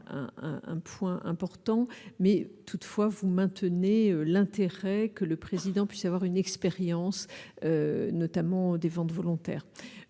un, un point important, mais toutefois vous maintenez l'intérêt que le président puisse avoir une expérience notamment des ventes volontaires,